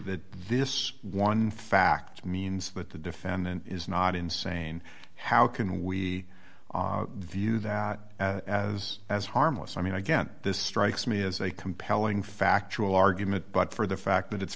that this one fact means that the defendant is not insane how can we view that as as harmless i mean again this strikes me as a compelling factual argument but for the fact that it's